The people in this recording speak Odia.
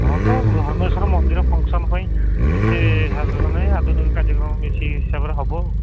ହଁ ବା ଧରମେଶ୍ଵର ମନ୍ଦିର ଫଙ୍କସନ୍ ପାଇଁ ଏତେ ହାର ନାହିଁ ଆଧୁନିକ କାର୍ଯ୍ୟକ୍ରମ ବେଶୀ ସେହି ହିସାବରେ ହେବ ଆଉ